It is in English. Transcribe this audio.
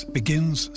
begins